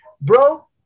Bro